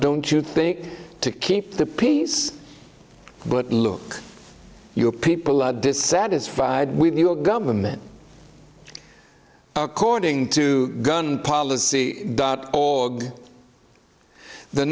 don't you think to keep the peace but look your people are dissatisfied with your government according to gun policy dot org the